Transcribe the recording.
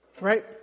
Right